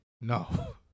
No